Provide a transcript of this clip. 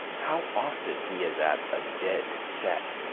how often he is at a dead set!